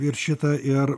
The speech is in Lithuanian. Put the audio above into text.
ir šita ir